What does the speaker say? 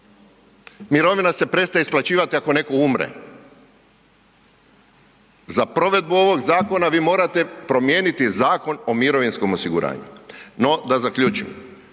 Mirovina se prestaje isplaćivati ako netko umre. Za provedbu ovog zakona vi morate promijeniti Zakon o mirovinskom osiguranju. No, da zaključim.